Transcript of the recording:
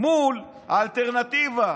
מול האלטרנטיבה.